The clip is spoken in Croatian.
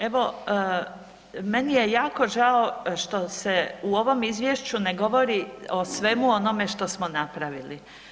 Evo meni je jako žao što se u ovom izvješću ne govori o svemu onome što smo napravili.